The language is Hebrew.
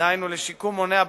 דהיינו לשיקום מונע בקהילה,